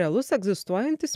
realus egzistuojantis